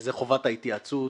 שזה חובת ההתייעצות,